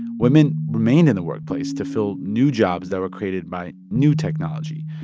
women remained in the workplace to fill new jobs that were created by new technology.